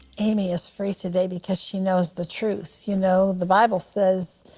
ammie is free today because she knows the truth. you know the bible says,